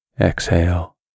exhale